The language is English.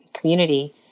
community